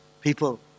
people